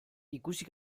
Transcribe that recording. ikusi